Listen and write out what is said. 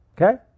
okay